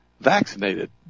Vaccinated